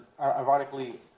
ironically